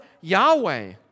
Yahweh